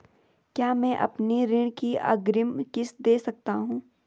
क्या मैं अपनी ऋण की अग्रिम किश्त दें सकता हूँ?